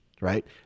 right